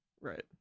Right